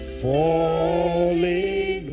falling